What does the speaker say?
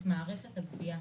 את מערכת הגבייה.